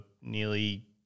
nearly